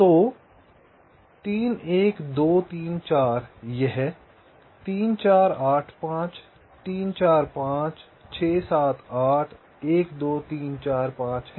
तो 3 1 2 3 4 यह 3 4 8 5 3 4 5 6 7 8 1 2 3 4 5 है